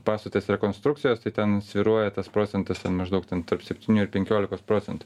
pastotės rekonstrukcijos tai ten svyruoja tas procentas ten maždaug ten tarp septynių ir penkiolikos procentų